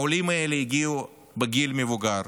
העולים האלה הגיעו בגיל מבוגר,